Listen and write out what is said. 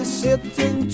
sitting